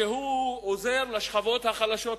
שעוזר לשכבות החלשות,